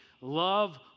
love